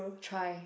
try